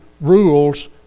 rules